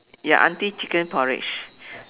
ya aunty chicken porridge